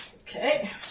Okay